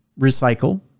recycle